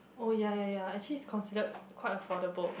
oh ya ya ya actually is considered quite affordable